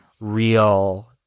real